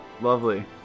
Lovely